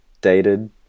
dated